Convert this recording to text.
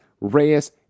Reyes